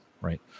right